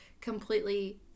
completely